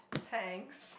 thanks